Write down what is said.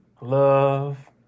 love